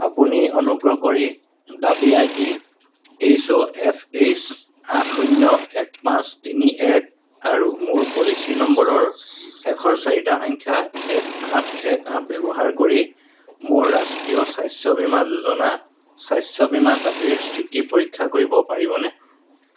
আপুনি অনুগ্ৰহ কৰি দাবী I D H O F H আঠ শূন্য এক পাঁচ তিনি এক আৰু মোৰ পলিচি নম্বৰৰ শেষৰ চাৰিটা সংখ্যা এক আঠ এক আঠ ব্যৱহাৰ কৰি মোৰ ৰাষ্ট্ৰীয় স্বাস্থ্য বীমা যোজনা স্বাস্থ্য বীমা দাবীৰ স্থিতি পৰীক্ষা কৰিব পাৰিবনে